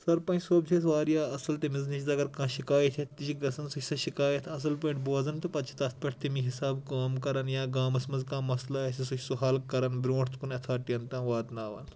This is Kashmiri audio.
سرپنچ صٲب چھُ اَسہِ واریاہ اَصٕل تٔمِس نِش اَگر کانٛہہ شِکایتھ ہیتھ تہِ چھِ گژھان سُہ چھُ سۄ شِکایت اَصٕل پٲٹھۍ بوزان تہٕ پَتہٕ چھُ تَتھ پٮ۪ٹھ تَمہِ حِسابہٕ کٲم کران یا گامَس منٛز کانٛہہ مَسلہٕ آسہِ سُہ چھُ سُہ حل کران برۄنٛٹھ کُن ایتھورٹین تام واتناوان